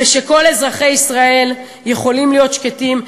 וכל אזרחי ישראל יכולים להיות שקטים,